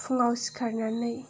फुङाव सिखारनानै